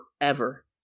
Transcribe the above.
forever